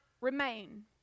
remain